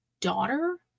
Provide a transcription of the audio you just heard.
daughter